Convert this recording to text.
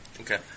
Okay